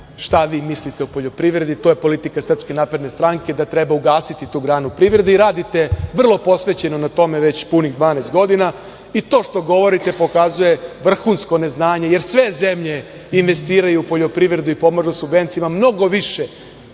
šta vi mislite o poljoprivredi, to je politika SNS da treba ugasiti tu granu privrede i radite vrlo posvećeno na tome već punih 12 godina i to što govorite pokazuje vrhunsko neznanje, jer sve zemlje investiraju u poljoprivredu i pomažu subvencijama i mnogo više